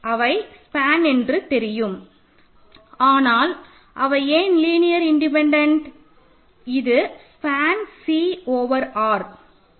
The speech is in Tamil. அவை ஸ்பேன் என்று தெரியும் ஆனால் ஏன் லீனியர் இன்டிபென்டன்ட் இது ஸ்பேன் C ஓவர் R